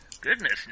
Goodness